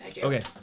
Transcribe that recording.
Okay